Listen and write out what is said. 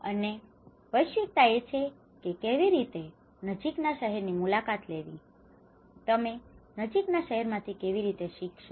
અને વૈશ્વિકતા એ છે કે કેવી રીતે નજીક ના શહેર ની મુલાકાત લેવી તમે નજીક ના શહેરો માંથી કેવી રીતે શીખશો